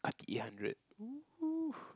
eight hundred woohoo